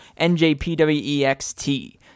NJPWEXT